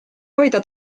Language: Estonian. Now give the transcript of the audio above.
hoida